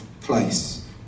place